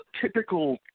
typical